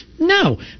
No